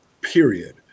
period